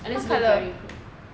at least look very close